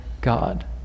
God